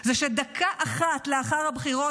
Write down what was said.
הוא שדקה אחת לאחר הבחירות,